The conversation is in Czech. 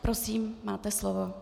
Prosím, máte slovo.